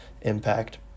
impact